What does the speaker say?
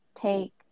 take